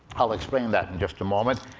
i'll explain that in just a moment.